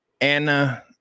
anna